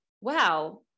wow